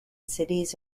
cities